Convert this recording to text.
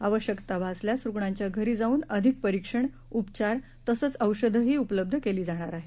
आवश्यकता भासल्यास रुग्णांच्या घरी जाऊन अधिक परीक्षण उपचार तसंच औषधंही उपलब्ध केली जाणार आहेत